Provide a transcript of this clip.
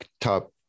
top